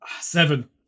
Seven